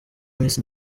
miss